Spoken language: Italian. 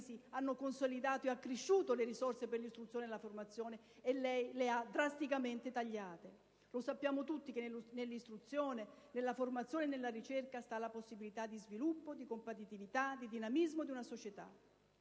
hanno consolidato ed accresciuto le risorse per l'istruzione e la formazione, mentre lei invece le ha drasticamente tagliate. Sappiamo tutti che nell'istruzione, nella formazione e nella ricerca sta la possibilità di sviluppo, di compatibilità e di dinamismo di una società.